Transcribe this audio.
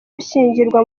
bishyirwa